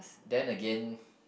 then again